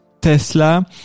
Tesla